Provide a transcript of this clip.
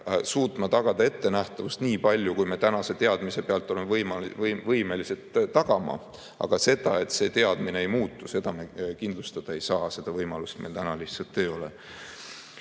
suutma tagada ettenähtavust nii palju, kui me tänase teadmise pealt oleme võimelised tagama. Aga seda, et see teadmine ei muutu, me kindlustada ei saa, seda võimalust meil lihtsalt ei ole.